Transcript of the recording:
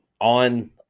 on